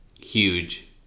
Huge